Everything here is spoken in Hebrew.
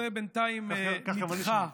זה בינתיים נדחה,